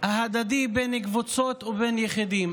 ההדדי בין קבוצות ובין יחידים.